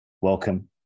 Welcome